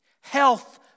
Health